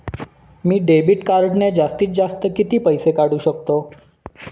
मी debit कार्डने जास्तीत जास्त किती पैसे काढू शकतो?